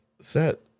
Set